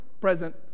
present